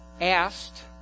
asked